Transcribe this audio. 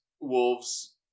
Wolves